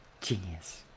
genius